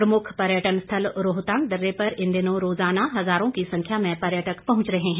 प्रमुख पर्यटन स्थल रोहतांग दर्रे पर इन दिनों रोजाना हजारों की संख्या में पर्यटक पहुंच रहे हैं